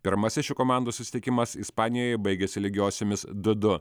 pirmasis šių komandų susitikimas ispanijoje baigėsi lygiosiomis du du